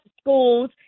schools